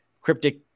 cryptic